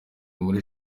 muri